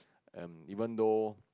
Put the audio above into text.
um even though